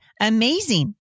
amazing